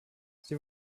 sie